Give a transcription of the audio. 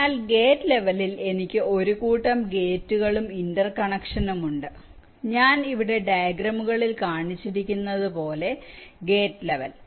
അതിനാൽ ഗേറ്റ് തലത്തിൽ എനിക്ക് ഒരു കൂട്ടം ഗേറ്റുകളും ഇന്റർകണക്ഷനും ഉണ്ട് ഞാൻ ഇവിടെ ഡയഗ്രാമുകളിൽ കാണിച്ചിരിക്കുന്നതുപോലെ ഗേറ്റ് ലെവൽ